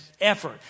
effort